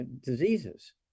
diseases